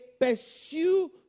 pursue